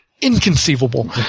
Inconceivable